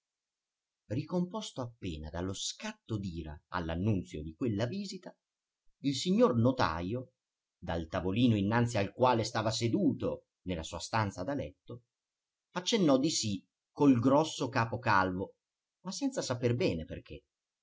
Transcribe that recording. ricomposto appena dallo scatto d'ira all'annunzio di quella visita il signor notajo dal tavolino innanzi al quale stava seduto nella sua stanza da letto accennò di sì col grosso capo calvo ma senza saper bene perché